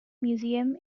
museum